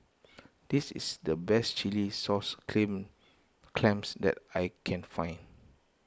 this is the best Chilli Sauce Clams that I can find